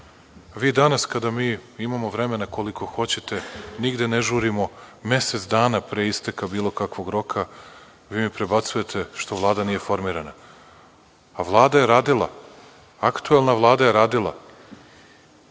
Vi danas kada mi imamo vremena koliko hoćete, nigde ne žurimo, mesec dana pre isteka bilo kakvog roka, vi mi prebacujete što Vlada nije formirana. Vlada je radila, aktuelna Vlada je radila.